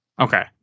Okay